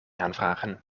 aanvragen